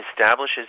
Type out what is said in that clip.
establishes